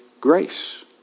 grace